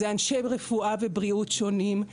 זה אנשי רפואה ותורים שונים,